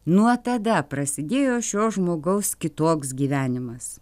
nuo tada prasidėjo šio žmogaus kitoks gyvenimas